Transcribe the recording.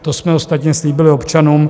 To jsme ostatně slíbili občanům.